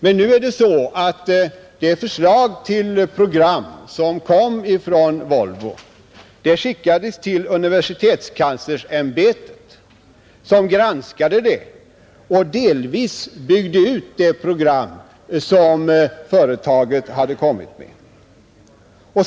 Men nu är det så att det förslag till program som kom från Volvo skickades till universitetskanslersämbetet, som granskade det och delvis byggde ut det program som företaget framlagt.